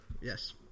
Yes